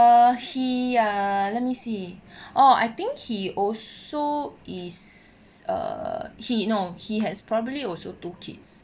err he ah let me see orh I think he also is err he no he has probably also two kids